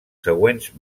següents